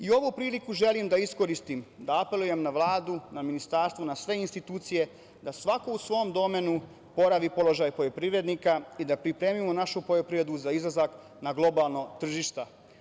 I ovu priliku želim da iskoristim da apelujem na Vladu, na Ministarstvo, na sve institucije, da svako u svom domenu oporavi položaj poljoprivrednika i da pripremimo našu poljoprivredu za izlazak na globalno tržište.